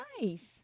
nice